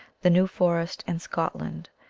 the new forest, and scotland,